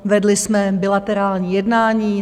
Vedli jsme bilaterální jednání.